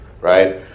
Right